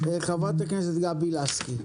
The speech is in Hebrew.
חברת הכנסת גבי לסקי.